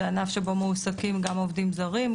זה ענף שבו מועסקים גם עובדים זרים,